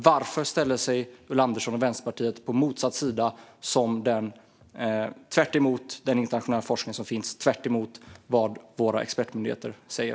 Varför ställer sig Ulla Andersson och Vänsterpartiet på motsatt sida, tvärtemot den internationella forskning som finns och tvärtemot vad expertmyndigheterna säger?